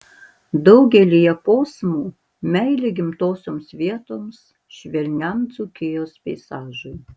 daugelyje posmų meilė gimtosioms vietoms švelniam dzūkijos peizažui